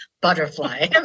Butterfly